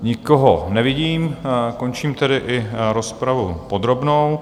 Nikoho nevidím, končím tedy i rozpravu podrobnou.